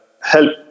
help